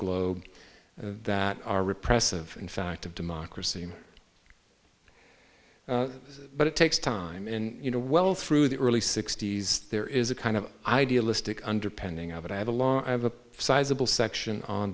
globe that are repressive in fact of democracy but it takes time and you know well through the early sixty's there is a kind of idealistic under pending of it i have a lot i have a sizable section on